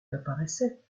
apparaissait